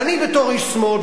אני בתור איש שמאל,